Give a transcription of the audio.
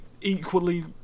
equally